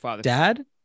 dad